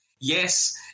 Yes